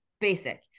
basic